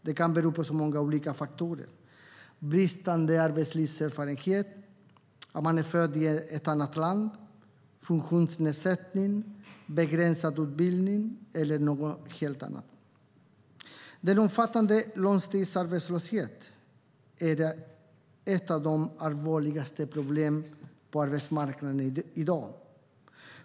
Det kan bero på många olika faktorer - bristande arbetslivserfarenhet, att man är född i ett annat land, funktionsnedsättning, begränsad utbildning eller något helt annat. Den omfattande långtidsarbetslösheten är ett av de allvarligaste problemen på arbetsmarknaden i dag.